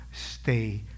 stay